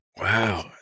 Wow